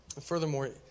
Furthermore